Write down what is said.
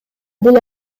бул